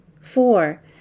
Four